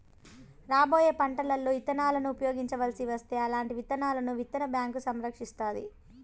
రాబోయే పంటలలో ఇత్తనాలను ఉపయోగించవలసి వస్తే అల్లాంటి విత్తనాలను విత్తన బ్యాంకు సంరక్షిస్తాది